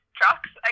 trucks